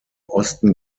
osten